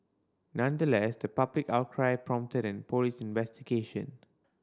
nonetheless the public outcry prompted police investigation